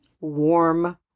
warm